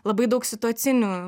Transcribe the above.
labai daug situacinių